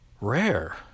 rare